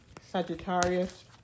Sagittarius